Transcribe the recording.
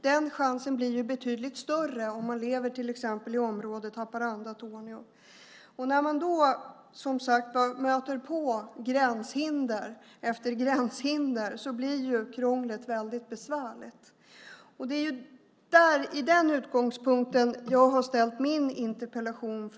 Den chansen blir betydligt större om man lever till exempel i området Haparanda-Torneå. När människor då möter gränshinder efter gränshinder blir krånglet besvärligt. Det är med den utgångspunkten jag har ställt min interpellation.